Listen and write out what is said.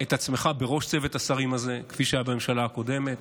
את עצמך בראש צוות השרים הזה כפי שהיה בממשלה הקודמת